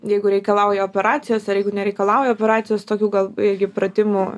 jeigu reikalauja operacijos ar jeigu nereikalauja operacijos tokių gal irgi pratimų